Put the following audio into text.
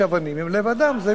יש אבנים עם לב אדם.